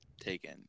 taken